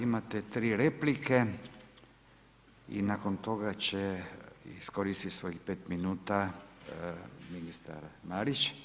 Imate 3 replike i nakon toga će iskoristiti svojih 5 minuta ministar Marić.